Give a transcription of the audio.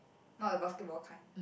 not the basketball kind